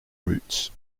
roots